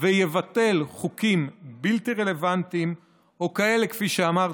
ויבטל חוקים בלתי-רלוונטיים או כאלה שכפי שאמרתי,